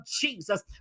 Jesus